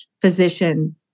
physician